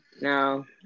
No